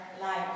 life